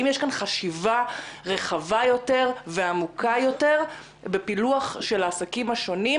האם יש כאן חשיבה רחבה יותר ועמוקה יותר בפילוח של העסקים השונים,